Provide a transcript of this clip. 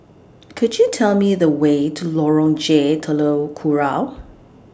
Could YOU Tell Me The Way to Lorong J Telok Kurau